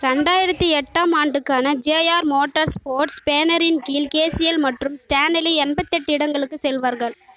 ரெண்டாயிரத்து எட்டாம் ஆண்டுக்கான ஜேஆர் மோட்டார் ஸ்போர்ட்ஸ் பேனரின் கீழ் கேசியல் மற்றும் ஸ்டானலி எண்பத்தெட்டு இடங்களுக்குச் செல்வார்கள்